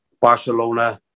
Barcelona